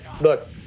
look